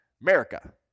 America